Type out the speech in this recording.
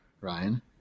Ryan